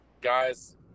guys